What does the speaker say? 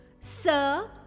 sir